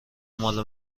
مال